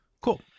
Cool